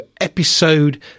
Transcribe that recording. Episode